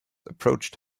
approached